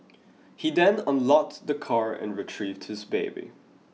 he then unlocked the car and retrieved his baby